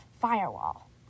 firewall